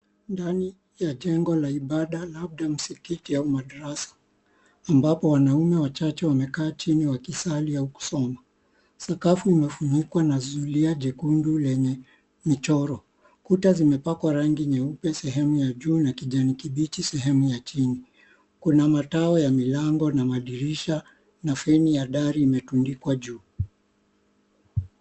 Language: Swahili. Ndani ya jengo la ibada labda msikiti au madarasa, ambapo wanaume wachache wamekaa chini wakisali au kusoma. Sakafu umefunikwa na zulia jekundu lenye michoro. Kuta zimepakwa rangi nyeupe sehemu ya juu na kijani kibichi sehemu ya chini. kuna matao ya milango na madirisha na feni ya dari imetundikwa juu.